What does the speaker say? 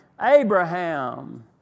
Abraham